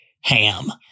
Ham